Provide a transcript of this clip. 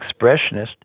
expressionist